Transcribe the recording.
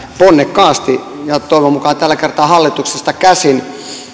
ponnekkaasti ja toivon mukaan tällä kertaa hallituksesta käsin